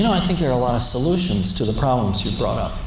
you know i think there are a lot of solutions to the problems you brought up,